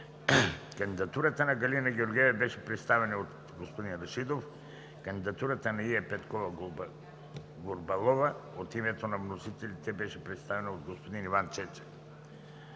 Кандидатурата на Галина Георгиева беше представена от господин Вежди Рашидов. Кандидатурата на Ия Петкова-Гурбалова от името на вносителите беше представена от господин Иван Ченчев.